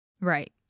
Right